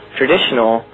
traditional